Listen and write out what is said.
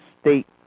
state